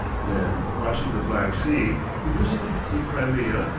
then, crossing the black sea, he visited the crimea,